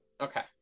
Okay